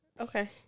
Okay